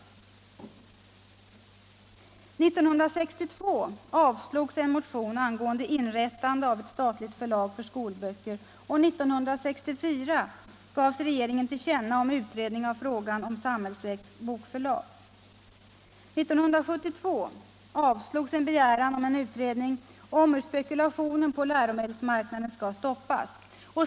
1962 avslogs en motion angående in rättande av ett statligt förlag för skolböcker, och 1964 gav riksdagen regeringen till känna sin uppfattning angående utredning av frågan om ett samhällsägt bokförlag. 1972 avslogs en begäran om en utredning om hur spekulationen på läromedelsmarknaden skall stoppas.